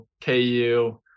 KU